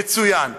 מצוין.